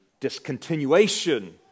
discontinuation